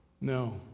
No